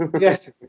Yes